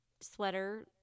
sweater